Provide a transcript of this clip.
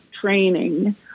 training